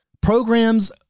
programs